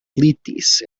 glitis